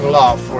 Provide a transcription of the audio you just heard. love